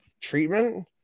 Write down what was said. treatment